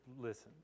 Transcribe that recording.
listen